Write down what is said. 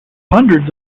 hundreds